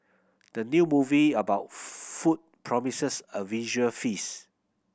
the new movie about food promises a visual feast